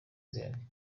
zihari